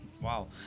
wow